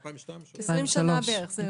2002 או 2003. 20 שנה בערך.